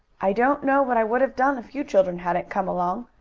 i don't know what i would have done if you children hadn't come along,